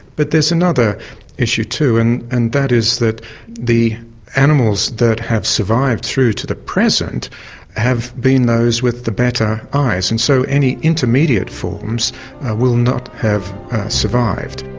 but there's another issue too and and that is that the animals that have survived through to the present have been those with the better eyes, and so any intermediate forms will not have survived.